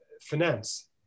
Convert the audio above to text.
finance